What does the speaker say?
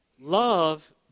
Love